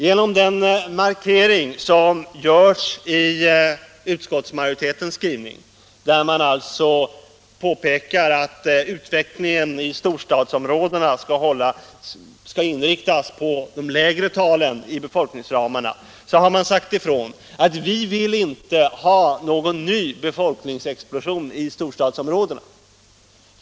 Genom den markering som görs i utskottsmajoritetens skrivning, där det alltså påpekas att utvecklingen i storstadsområdena skall inriktas på de lägre talen i befolkningsramarna, har man sagt ifrån att vi inte vill ha någon ny befolkningsexplosion i storstadsområdena.